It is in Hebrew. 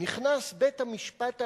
נכנס בית-המשפט העליון,